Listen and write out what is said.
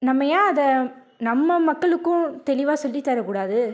நம்ம ஏன் அதை நம்ம மக்களுக்கும் தெளிவாக சொல்லித்தரக்கூடாது